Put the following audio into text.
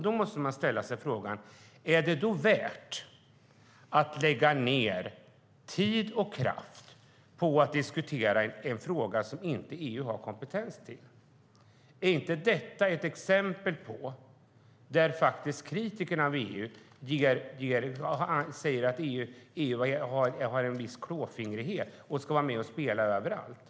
Då måste jag fråga följande: Är det då värt att lägga ned tid och kraft på att diskutera en fråga som EU inte har kompetens att besluta om? Är inte detta ett sådant exempel där kritikerna av EU säger att EU har en viss klåfingrighet och ska vara med och spela överallt?